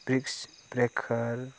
ब्रिकस breaker